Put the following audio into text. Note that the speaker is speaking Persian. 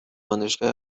دانشگاه